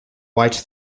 white